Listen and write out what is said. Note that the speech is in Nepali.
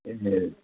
ए